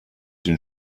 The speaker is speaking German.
den